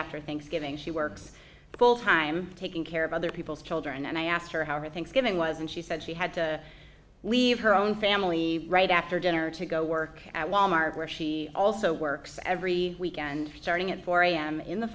after thanksgiving she works full time taking care of other people's children and i asked her how her thanksgiving was and she said she had to leave her own family right after dinner to go work at wal mart where she also works every weekend starting at four am in the